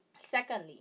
Secondly